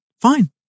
fine